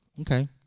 okay